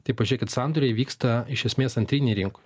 tai pažiūrėkit sandoriai vyksta iš esmės antrinėj rinkoj